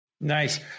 Nice